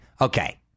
okay